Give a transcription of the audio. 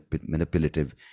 manipulative